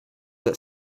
that